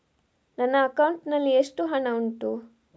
ನನ್ನ ಅಕೌಂಟ್ ನಲ್ಲಿ ಎಷ್ಟು ಹಣ ಉಂಟು?